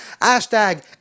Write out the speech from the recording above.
hashtag